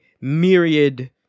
myriad